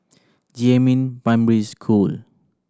Jiemin Primary School